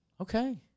Okay